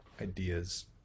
ideas